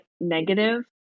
negative